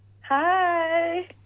Hi